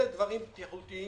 אלה דברים בטיחותיים